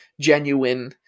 genuine